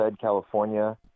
California